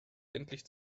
endlich